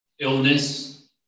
illness